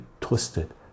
twisted